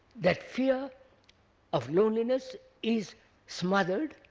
that fear of loneliness is smothered